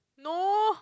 no